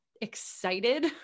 excited